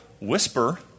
whisper